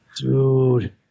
Dude